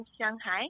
Shanghai